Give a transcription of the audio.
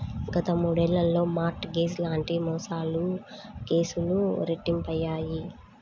గత మూడేళ్లలో mortgage లాంటి మోసాల కేసులు రెట్టింపయ్యాయి